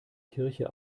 kirche